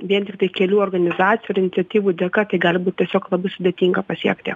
vien tiktai kelių organizacijų ir iniciatyvų dėka tai gali būt tiesiog labai sudėtinga pasiekti